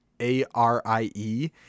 A-R-I-E